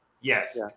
Yes